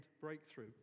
breakthrough